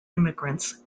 immigrants